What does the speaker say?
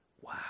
wow